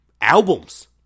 albums